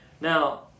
Now